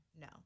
No